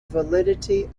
validity